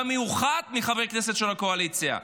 במיוחד מחברי הכנסת של הקואליציה.